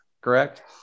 correct